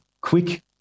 quick